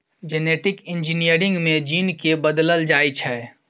genetic engineering मे gene केँ बदलल जाइ छै